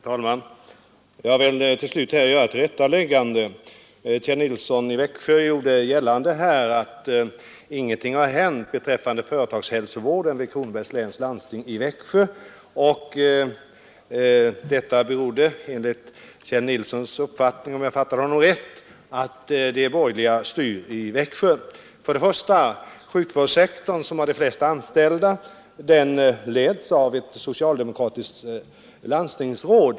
Herr talman! Jag vill till slut göra ett tillrättaläggande med anledning av att herr Nilsson i Växjö gjorde gällande att ingenting har hänt beträffande företagshälsovården vid Kronobergs läns landsting i Växjö. Detta berodde enligt herr Nilssons uppfattning — om jag fattade honom rätt — på att de borgerliga styr i landstinget. Först och främst leds sjukvårdssektorn, som har de flesta anställda, av ett socialdemokratiskt landstingsråd.